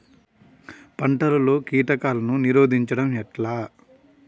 పంటలలో కీటకాలను నిరోధించడం ఎట్లా?